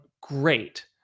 great